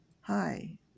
Hi